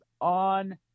on